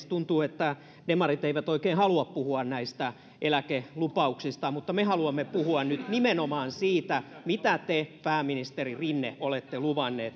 tuntuu että demarit eivät oikein halua puhua näistä eläkelupauksista mutta me haluamme puhua nyt nimenomaan siitä mitä te pääministeri rinne olette